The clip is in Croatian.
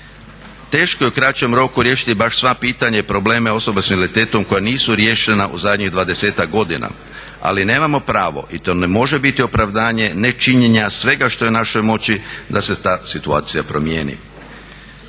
Teško je u kraćem roku riješiti baš sva pitanja i probleme osoba sa invaliditetom koja nisu riješena u zadnjih dvadesetak godina. Ali nemamo pravo i to ne može biti opravdanje nečinjenja svega što je u našoj moći da se ta situacija promijeni.